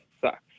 sucks